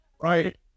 right